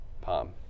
Palm